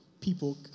people